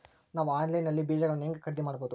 ನಾವು ಆನ್ಲೈನ್ ನಲ್ಲಿ ಬೇಜಗಳನ್ನು ಹೆಂಗ ಖರೇದಿ ಮಾಡಬಹುದು?